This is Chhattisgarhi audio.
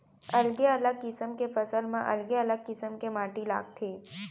अलगे अलग किसम के फसल म अलगे अलगे किसम के माटी लागथे